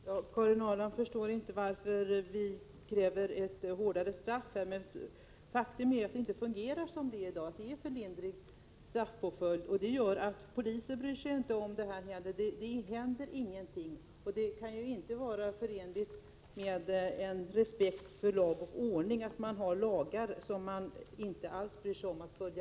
Herr talman! Karin Ahrland förstår inte varför vi kräver ett strängare straff. Det är emellertid ett faktum att det inte fungerar som det är i dag. Straffpåföljden är för mild. Det gör att poliser inte heller bryr sig om detta. Det händer ingenting. Det kan inte vara förenligt med respekt för lag och ordning att man har lagar som man inte alls bryr sig om att följa.